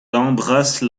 embrasse